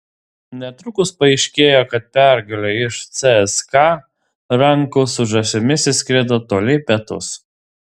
netrukus paaiškėjo kad pergalė iš cska rankų su žąsimis išskrido toli į pietus